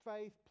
faith